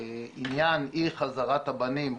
עניין אי חזרת הבנים,